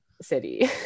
city